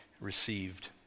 received